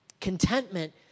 Contentment